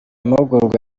mahugurwa